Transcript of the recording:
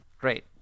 Great